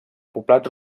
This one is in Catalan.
poblat